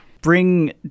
bring